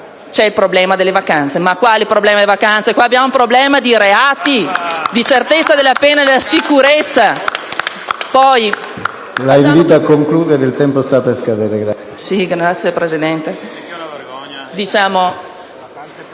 C'è il problema delle vacanze. Ma quale problema delle vacanze? Qua abbiamo un problema di reati, di sicurezza e di certezza della pena!